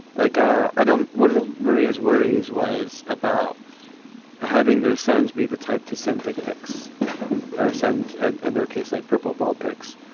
like ah i know one of the maria's worries was about having their sons be the type to send dick pics or send and and their case like purple ball pics.